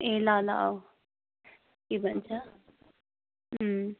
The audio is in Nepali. ए ल ल औ के भन्छ अँ